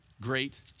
great